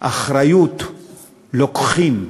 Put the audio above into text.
אחריות לוקחים,